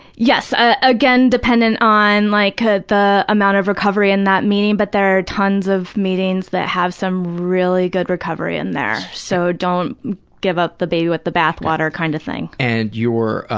yes, again, dependent on like ah the amount of recovery in that meeting. but, there are tons of meetings that have some really good recovery in there. so don't give up the baby with the bath water kind of thing. and you were